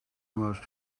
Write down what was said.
must